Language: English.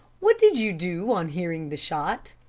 what did you do on hearing the shot?